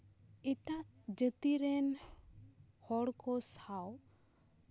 ᱮᱴᱟᱜ ᱡᱟᱹᱛᱤᱨᱮᱱ ᱦᱚᱲ ᱠᱚ ᱥᱟᱶ